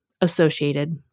associated